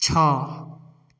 छः